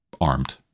armed